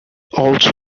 also